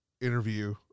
interview